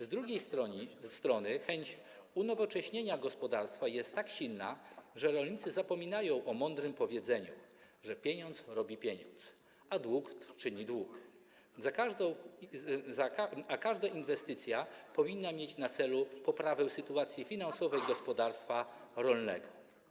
Z drugiej strony chęć unowocześnienia gospodarstwa jest tak silna, że rolnicy zapominają o mądrym powiedzeniu: pieniądz robi pieniądz, a dług czyni dług - a każda inwestycja powinna mieć na celu poprawę sytuacji finansowej gospodarstwa rolnego.